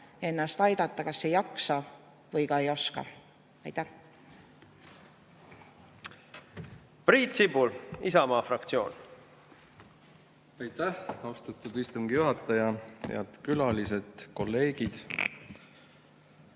ennast aidata kas ei jaksa või ei oska. Aitäh! Priit Sibul, Isamaa fraktsioon. Aitäh, austatud istungi juhataja! Head külalised! Kolleegid!